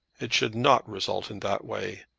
it should not result in that way.